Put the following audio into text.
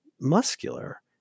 muscular